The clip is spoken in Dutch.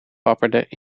wapperde